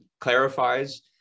clarifies